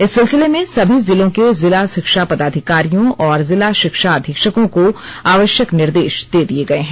इस सिलसिले में सभी जिलों के जिला शिक्षा पदाधिकारियों और जिला शिक्षा अधीक्षकों को आवश्यक निर्देश दे दिए गए हैं